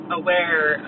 aware